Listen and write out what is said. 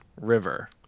river